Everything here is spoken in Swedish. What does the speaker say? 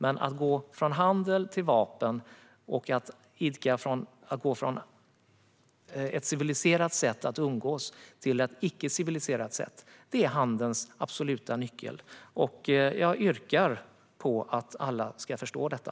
Men att gå från handel till vapen och från ett civiliserat sätt att umgås till ett icke-civiliserat sätt är inte handelns nyckel. Jag yrkar på att alla ska förstå detta.